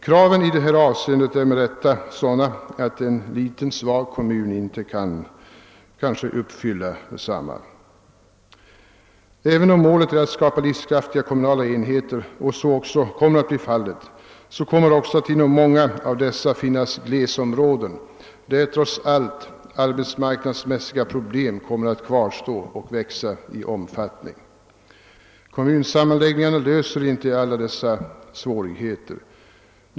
Kraven i detta avseende är med rätta sådana att en liten svag kommun inte kan uppfylla dem. Även om målet att skapa livskraftiga kommunala enheter kan förverkligas, kommer det att inom många av dessa också att finnas glesområden, där trots allt arbetsmarknadsmässiga problem kommer att kvarstå och växa i omfattning. Kommunsammanläggningarna löser inte alla dessa svårigheter.